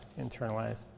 internalize